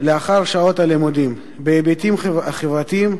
לאחר שעות הלימודים בהיבטים החברתיים,